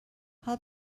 how